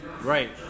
right